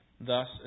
thus